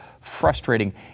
frustrating